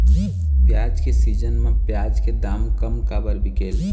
प्याज के सीजन म प्याज के दाम कम काबर बिकेल?